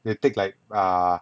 they take like ah